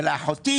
ולאחותי,